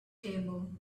table